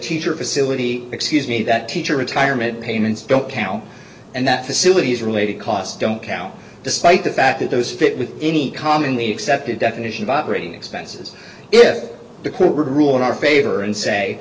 teacher facility excuse me that teacher retirement payments don't count and that facilities related costs don't count despite the fact that those fit with any commonly accepted definition of operating expenses if the court would rule in our favor and say